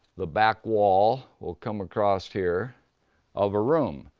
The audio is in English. the back wall will come across here of a room.